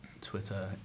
Twitter